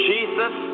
Jesus